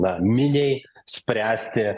na miniai spręsti